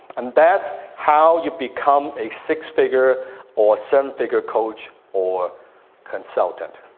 and that's how you become a six-figure or seven-figure coach or consultant.